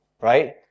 Right